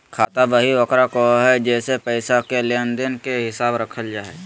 खाता बही ओकरा कहो हइ जेसे पैसा के लेन देन के हिसाब रखल जा हइ